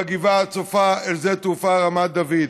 בגבעה הצופה אל שדה התעופה רמת דוד.